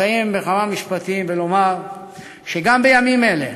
לסיים בכמה משפטים ולומר שגם בימים אלה